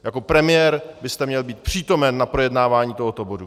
Jako premiér byste měl být přítomen na projednávání tohoto bodu!